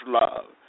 love